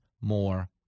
more